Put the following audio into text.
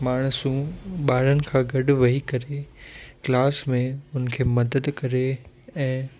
माणसूं ॿारनि खां गॾु वेही करे क्लास में हुन खे मदद करे ऐं